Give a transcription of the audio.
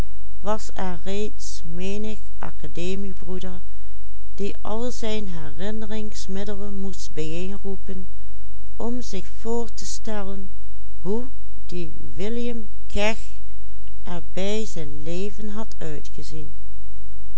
herinneringsmiddelen moest bijeenroepen om zich voor te stellen hoe die william keg er bij zijn leven had